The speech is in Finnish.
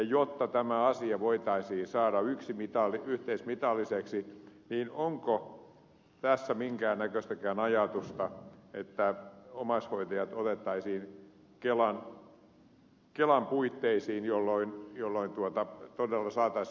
jotta tämä asia voitaisiin saada yhteismitalliseksi niin onko tässä minkäännäköistäkään ajatusta että omais hoitajat otettaisiin kelan puitteisiin jolloin todella saataisiin se yhteismitallisuus tähän